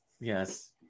Yes